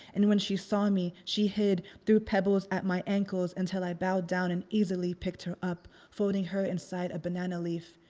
and when she saw me she hid, threw pebbles at my ankles, until i bowed down and easily picked her up folding her inside a banana leaf.